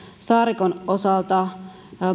saarikon osalta